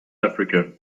africa